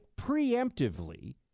preemptively